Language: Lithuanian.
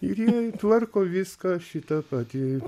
ir jie tvarko viską šitą patį